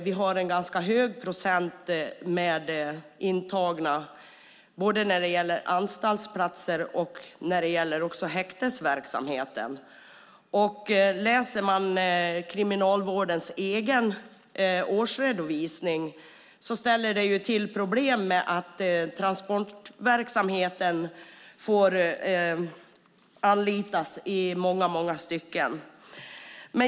Vi har en ganska stor procentandel intagna både när det gäller anstaltsplatser och när det gäller häktesverksamheten. Om man läser Kriminalvårdens egen årsredovisning ser man att detta ställer till problem i och med att transportverksamheten får anlitas i många stycken.